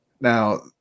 Now